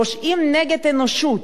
פושעים נגד האנושות,